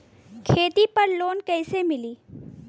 खेती पर लोन कईसे मिली?